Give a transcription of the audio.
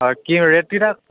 হয় কিহৰ ৰে'ট কেইটাত